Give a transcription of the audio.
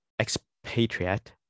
expatriate